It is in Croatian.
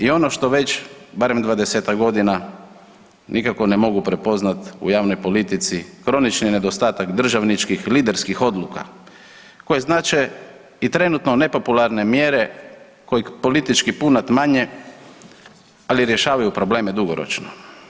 I ono što već barem 20-tak godina nikako ne mogu prepoznat u javnoj politici kronični je nedostatak državničkih i liderskih odluka koje znače i trenutno nepopularne mjere koji politički punat manje, ali rješavaju probleme dugoročno.